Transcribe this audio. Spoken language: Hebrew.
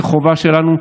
זו חובה שלנו,